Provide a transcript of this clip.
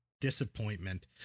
Disappointment